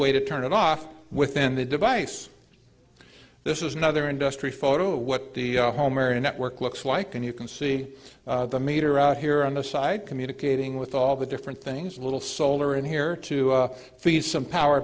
way to turn it off within the device this is another industry photo of what the home area network looks like and you can see the meter out here on the side communicating with all the different things little solar in here to feed some power